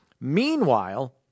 Meanwhile